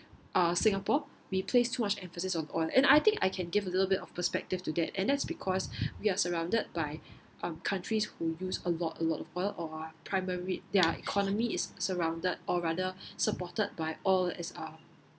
uh singapore we place too much emphasis on oil and I think I can give a little bit of perspective to that and that's because we are surrounded by um countries who use a lot a lot of oil or primar~ their economy is surrounded or rather supported by oil as uh